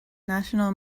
national